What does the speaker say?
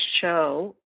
show